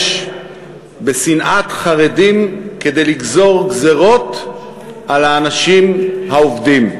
בשנאת חרדים כדי לגזור גזירות על האנשים העובדים.